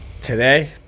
Today